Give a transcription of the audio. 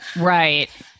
right